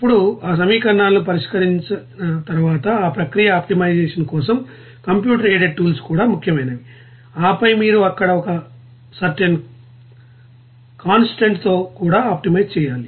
ఇప్పుడు ఆ సమీకరణాలను పరిష్కరించిన తర్వాత ఈ ప్రక్రియ ఆప్టిమైజేషన్ కోసం కంప్యూటర్ ఎయిడెడ్ టూల్స్ కూడా ముఖ్యమైనవి ఆపై మీరు అక్కడ ఒక సర్టెన్ కాన్స్టాంట్ తో కూడా ఆప్టిమైజ్ చేయాలి